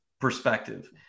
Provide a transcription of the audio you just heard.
perspective